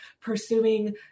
pursuing